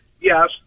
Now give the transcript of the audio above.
yes